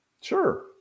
Sure